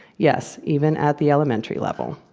yes, even at the elementary level.